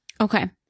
Okay